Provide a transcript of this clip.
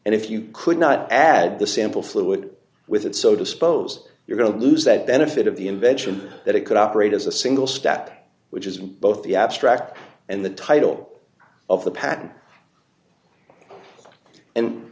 and if you could not add the sample fluid with it so disposed you're going to lose that benefit of the invention that it could operate as a single step which is in both the abstract and the title of the patent and